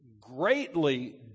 greatly